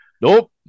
Nope